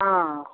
हाँ